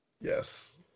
Yes